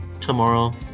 tomorrow